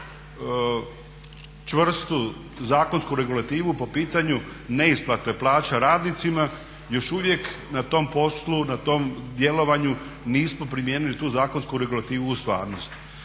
čvrstu zakonsku regulativu po pitanju neisplate plaća radnicima. Još uvijek na tom poslu, na tom djelovanju nismo primijenili tu zakonsku regulativu u stvarnosti.